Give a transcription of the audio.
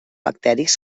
bacteris